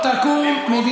היא תקום למרות,